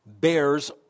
bears